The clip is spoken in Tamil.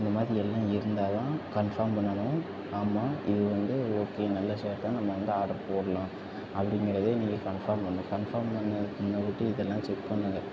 இந்த மாரி எல்லாம் இருந்தால்தான் கன்ஃபார்ம் பண்ணணும் ஆமாம் இது வந்து ஓகே நல்ல ஷர்ட் தான் நம்ம எங்கே ஆர்டர் போடலாம் அப்படிங்கிறத நீங்கள் கன்ஃபார்ம் பண்ணும் கன்ஃபார்ம் பண்ணதுக்கு முன்னாடி போயிவிட்டு இதெல்லாம் செக் பண்ணுங்கள்